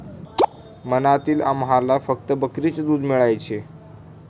मनालीत आम्हाला फक्त बकरीचे दूध मिळायचे